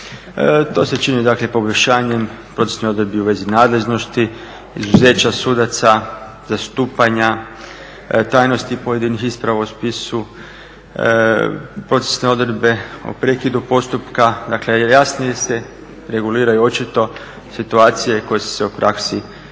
To se čini dakle poboljšanjem procesnih odredbi u vezi nadležnosti, izuzeća sudaca, zastupanja, tajnosti pojedinih isprava u spisu, procesne odredbe o prekidu postupka. Dakle, jasnije se reguliraju očito situacije koje su se u praksi pokazale